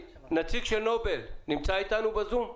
נובל, נציג של נובל נמצא איתנו בזום?